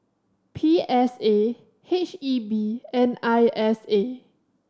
P S A H E B and I S A